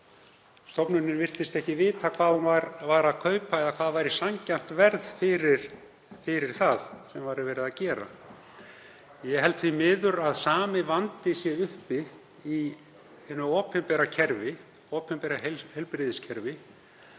Stofnunin virtist ekki vita hvað hún væri að kaupa eða hvað væri sanngjarnt verð fyrir það sem væri verið að gera. Ég held því miður að sami vandi sé uppi í hinu opinbera heilbrigðiskerfi.